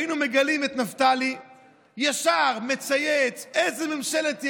היינו מגלים את נפתלי ישר מצייץ: איזה ממשלת ימין,